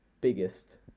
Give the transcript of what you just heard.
biggest